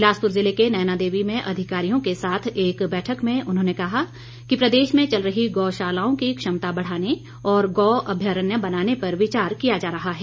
बिलासपुर जिले के नयना देवी में अधिकारियों के साथ एक बैठक में उन्होंने कहा कि प्रदेश में चल रही गोशालाओं की क्षमता बढ़ाने और गौ अभ्यारण्य बनाने पर विचार किया जा रहा है